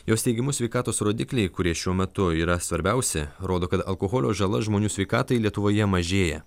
jos teigimu sveikatos rodikliai kurie šiuo metu yra svarbiausi rodo kad alkoholio žala žmonių sveikatai lietuvoje mažėja